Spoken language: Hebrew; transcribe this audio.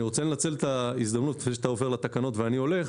אני רוצה לנצל את ההזדמנות לפני שאתה עובר לתקנות ואני הולך